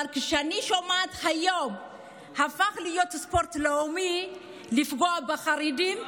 אבל כשאני שומעת היום שזה הפך להיות הספורט הלאומי לפגוע בחרדים,